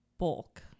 bulk